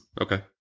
Okay